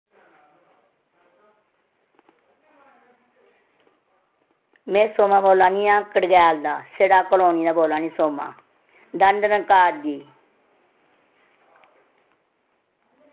में सोमा बोल्ला नी आं कड़कयाल दा सीढ़ा कलोनी दा बोल्ला नी सोमा दंद न कारजी